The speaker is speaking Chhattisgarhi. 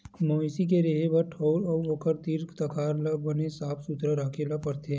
मवेशी के रेहे के ठउर अउ ओखर तीर तखार ल बने साफ सुथरा राखे ल परथे